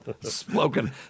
spoken